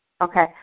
Okay